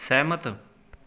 ਸਹਿਮਤ